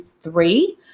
three